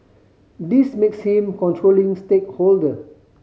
this makes him controlling stakeholder